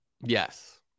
Yes